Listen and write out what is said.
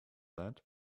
that